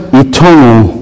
eternal